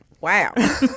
Wow